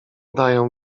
daję